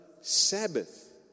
Sabbath